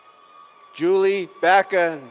julie backa.